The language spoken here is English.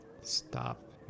Stop